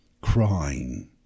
crying